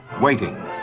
waiting